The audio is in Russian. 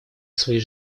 свои